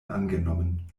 angenommen